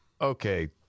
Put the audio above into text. okay